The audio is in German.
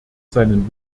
seinen